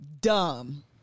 Dumb